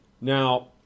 Now